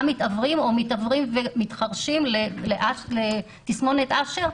מתעוורים או גם מתעוורים ומתחרשים בתסמונת אשר.